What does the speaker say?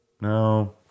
No